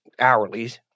hourlies